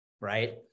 right